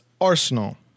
Arsenal